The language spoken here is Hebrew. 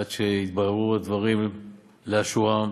עד שיתבררו הדברים לאשורם.